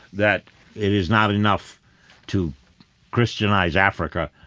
that it is not enough to christianize africa.